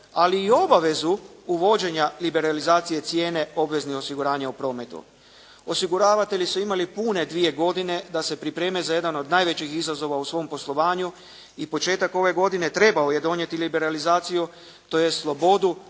ali obvezu uvođenja liberalizacije cijene obveznih osiguranja u prometu. Osiguravatelji su imali pune dvije godine da se pripreme za jedan od najvećih izazova u svom poslovanju i početak ove godine trebao je donijeti liberalizaciju tj. slobodu